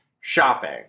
shopping